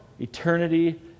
eternity